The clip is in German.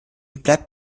blieb